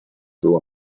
było